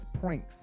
pranks